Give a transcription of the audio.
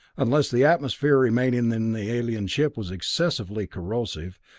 unless the atmosphere remaining in the alien ship was excessively corrosive,